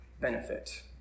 benefit